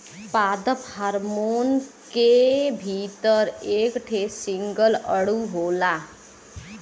पादप हार्मोन के भीतर एक ठे सिंगल अणु होला